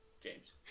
James